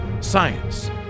Science